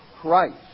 Christ